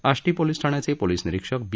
Ashti police ठाण्याचे police निरीक्षक बी